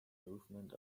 movement